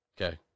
okay